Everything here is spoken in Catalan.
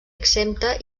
exempta